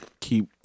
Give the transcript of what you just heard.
Keep